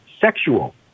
sexual